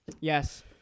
Yes